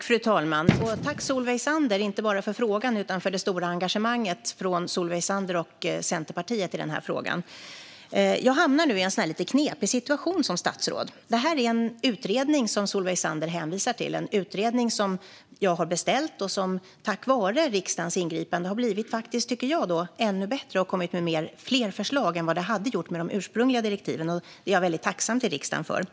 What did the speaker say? Fru talman! Tack, Solveig Zander, inte bara för frågan utan också för det stora engagemanget från Solveig Zander och Centerpartiet när det gäller detta! Jag hamnar nu i en lite knepig situation som statsråd. Det är en utredning som Solveig Zander hänvisar till. Det är en utredning som jag har beställt och som tack vare riksdagens ingripande faktiskt har blivit, tycker jag, ännu bättre och kommit med fler förslag än vad den hade gjort med de ursprungliga direktiven. Jag är väldigt tacksam mot riksdagen för det.